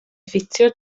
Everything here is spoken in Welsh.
ffitio